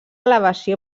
elevació